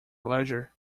leisure